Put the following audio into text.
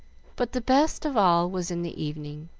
but the best of all was in the evening,